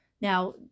Now